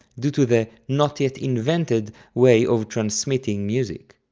due to the not yet invented way of transmitting music.